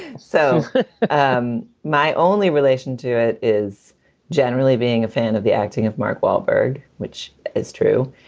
so um my only relation to it is generally being a fan of the acting of mark wahlberg, which is true,